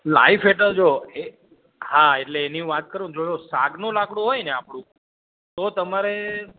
life એટલે જોવો એ હા એટલે એની હું વાત કરું તો સાગનું લાકડું હોયને આપણું તો તમારે